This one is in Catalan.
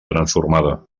transformada